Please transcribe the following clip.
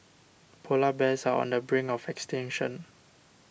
Polar Bears are on the brink of extinction